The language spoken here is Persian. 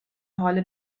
حال